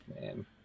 man